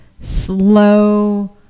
slow